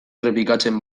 errepikatzen